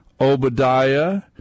Obadiah